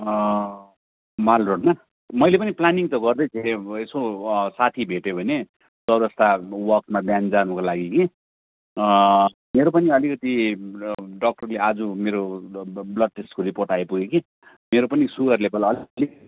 माल रोडमा मैले पनि प्लानिङ त गर्दैथेँ अब यसो साथी भेटेँ भने चौरस्ता वाकमा बिहान जानुको लागि कि मेरो पनि अलिकति डक्टरले आज मेरो ब ब ब्लड टेस्टको रिपोर्ट आइपुग्यो कि मेरो पनि सुगर लेवल अलिकति